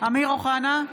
אמיר אוחנה,